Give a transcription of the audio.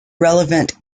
relevant